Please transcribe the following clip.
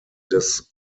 des